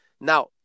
now